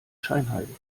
scheinheilig